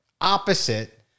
opposite